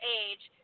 age